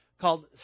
called